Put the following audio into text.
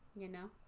you know,